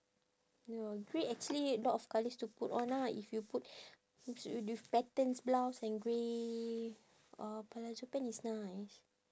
ya grey actually a lot of colours to put on ah if you put with patterns blouse and grey uh palazzo pant is nice